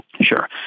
Sure